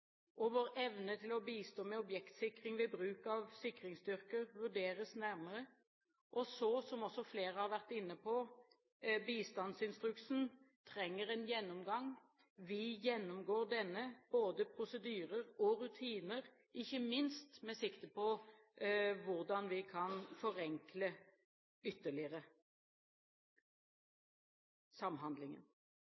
og vår evne til å bistå med objektsikring ved bruk av sikringsstyrker vurderes nærmere, og, som også flere har vært inne på, trenger bistandsinstruksen en gjennomgang. Vi gjennomgår denne, både prosedyrer og rutiner, ikke minst med sikte på hvordan vi kan forenkle samhandlingen ytterligere.